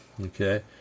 okay